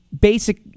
basic